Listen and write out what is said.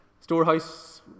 storehouse